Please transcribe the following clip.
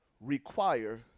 require